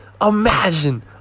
Imagine